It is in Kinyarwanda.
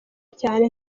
cyane